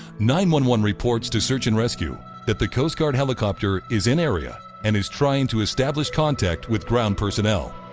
nine one one reports to search and rescue that the coast guard helicopter is in area and is trying to establish contact with ground personnel.